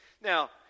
Now